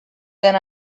then